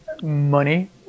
money